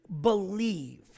believe